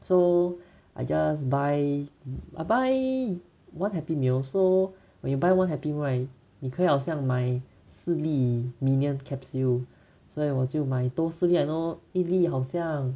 so I just buy I buy one happy meal so when you buy one happy meal right 你可以好像买四粒 minion capsule 所以我就买多四粒咯一粒好像